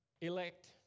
elect